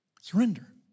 Surrender